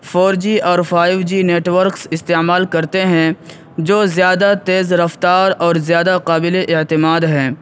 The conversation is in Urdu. فور جی اور فائیو جی نیٹ ورکس استعمال کرتے ہیں جو زیادہ تیز رفتار اور زیادہ قابلِ اعتماد ہیں